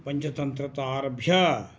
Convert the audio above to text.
पञ्चतन्त्रतः आरभ्य